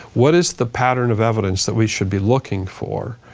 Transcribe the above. what is the pattern of evidence that we should be looking for?